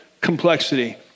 complexity